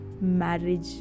marriage